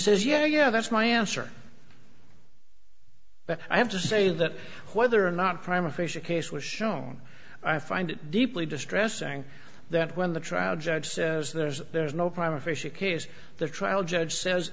says yeah yeah that's my answer but i have to say that whether or not prime official case was shown i find it deeply distressing that when the trial judge says there's there's no crime officially case the trial judge says